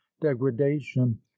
degradation